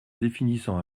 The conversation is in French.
définissant